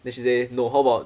then she say no how about